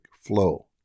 flow